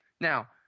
Now